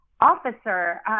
officer